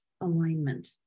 alignment